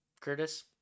Curtis